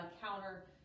counter